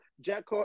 Jack